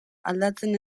aldatzen